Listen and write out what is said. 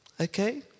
Okay